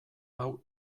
hau